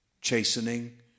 Chastening